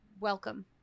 welcome